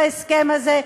בהסכם הזה,